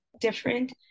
different